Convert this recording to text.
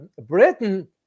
Britain